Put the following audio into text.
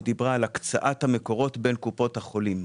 היא דיברה על הקצאת המקורות בין קופות החולים,